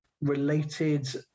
related